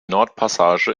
nordpassage